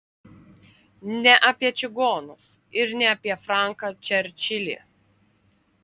ne apie čigonus ir ne apie franką čerčilį